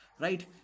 Right